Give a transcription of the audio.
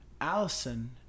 allison